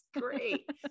great